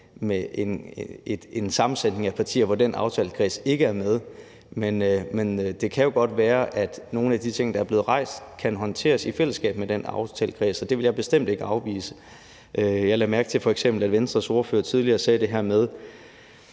med en sammensætning af partier, hvor den aftalekreds ikke er med. Men det kan jo godt være, at nogle af de ting, der er blevet rejst, kan håndteres i fællesskab med den aftalekreds, og det vil jeg bestemt ikke afvise. Jeg lagde f.eks. mærke til, at Venstres ordfører tidligere spurgte om det her med: